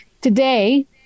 today